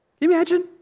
imagine